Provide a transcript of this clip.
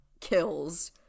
kills